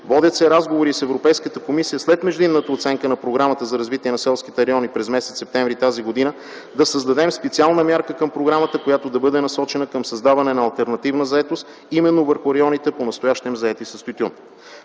Водят се разговори с Европейската комисия след междинната оценка на Програмата за развитие на селските райони през м. септември т.г. да създадем специална мярка към програмата, която да бъде насочена към създаване на алтернативна заетост именно върху районите, понастоящем заети с тютюн.